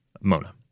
Mona